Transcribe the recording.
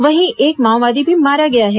वहीं एक माओवादी भी मारा गया है